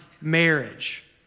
marriage